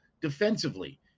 defensively